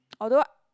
although